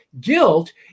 Guilt